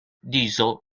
diesel